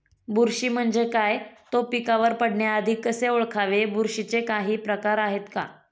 बुरशी म्हणजे काय? तो पिकावर पडण्याआधी कसे ओळखावे? बुरशीचे काही प्रकार आहेत का?